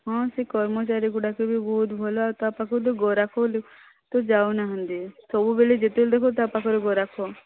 ହଁ ସେ କର୍ମଚାରୀ ଗୁଡ଼ାକ ବି ବହୁତ ଭଲ ଆଉ ତା ପାଖରୁ ତ ଗରାଖ ବୋଲି ତ ଯାଉନାହାନ୍ତି ସବୁବେଳେ ଯେତେବେଳେ ଦେଖା ତା ପାଖରେ ଗରାଖ